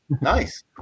Nice